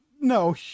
No